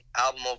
album